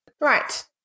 Right